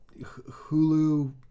hulu